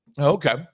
okay